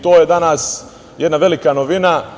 To je danas jedna velika novina.